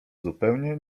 zupełnie